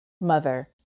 mother